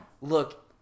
Look